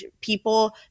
people